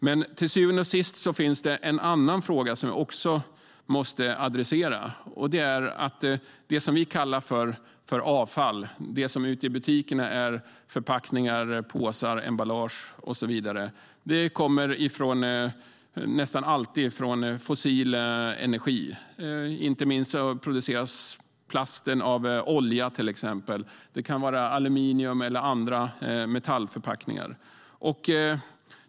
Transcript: Men till syvende och sist finns det en annan fråga som jag också måste adressera, och det är att det som vi kallar för avfall och det som ute i butikerna är förpackningar, påsar, emballage och så vidare, nästan alltid kommer från fossil energi. Inte minst produceras plasten av till exempel olja. Det kan vara aluminium eller andra metallförpackningar.